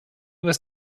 was